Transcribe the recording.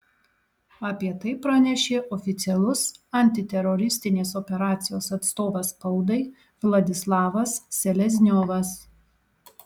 apie tai pranešė oficialus antiteroristinės operacijos atstovas spaudai vladislavas selezniovas